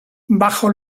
bajo